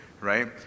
Right